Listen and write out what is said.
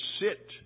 sit